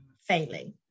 failing